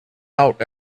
out